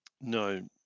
No